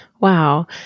Wow